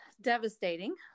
devastating